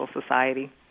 society